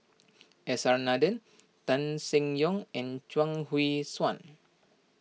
S R Nathan Tan Seng Yong and Chuang Hui Tsuan